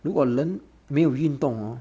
如果人没有运动 hor